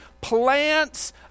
plants